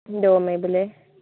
দৌৰ মাৰিবলৈ